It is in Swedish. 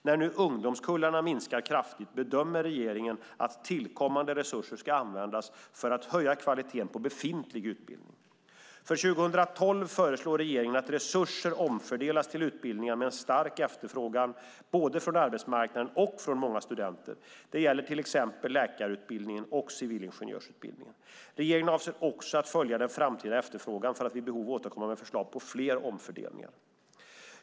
När nu ungdomskullarna minskar kraftigt bedömer regeringen att tillkommande resurser ska användas till att höja kvaliteten på befintlig utbildning. För 2012 föreslår regeringen att resurser omfördelas till utbildningar med en stark efterfrågan både från arbetsmarknaden och från många studenter. Det gäller till exempel läkarutbildningen och civilingenjörsutbildningen. Regeringen avser också att följa den framtida efterfrågan för att vid behov återkomma med förslag på fler omfördelningar.